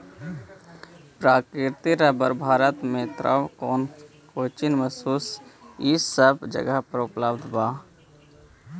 प्राकृतिक रबर भारत में त्रावणकोर, कोचीन, मैसूर इ सब जगह पर उगावल जा हई